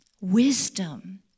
Wisdom